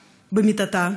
במיטתה,